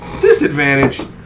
Disadvantage